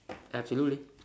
absolutely